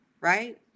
right